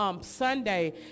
Sunday